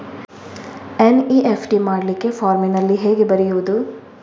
NEFT ಮಾಡ್ಲಿಕ್ಕೆ ಫಾರ್ಮಿನಲ್ಲಿ ಹೇಗೆ ಬರೆಯುವುದು?